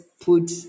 put